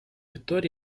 attori